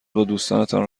بادوستانتان